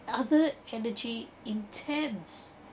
other energy intense